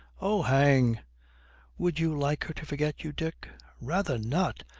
oh, hang would you like her to forget you, dick rather not.